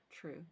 true